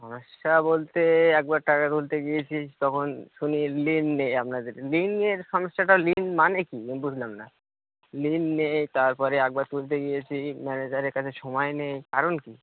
সমস্যা বলতে একবার টাকা তুলতে গিয়েছি তখন শুনি লিংক নেই আপনাদের লিংক নিয়ে সমস্যাটা লিংক মানে কী আমি বুঝলাম না লিংক নেই তার পরে একবার তুলতে গিয়েছি ম্যানেজারের কাছে সময় নেই কারণ কী